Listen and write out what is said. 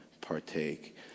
partake